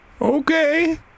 Okay